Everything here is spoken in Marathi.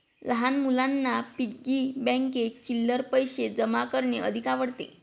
लहान मुलांना पिग्गी बँकेत चिल्लर पैशे जमा करणे अधिक आवडते